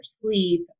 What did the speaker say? sleep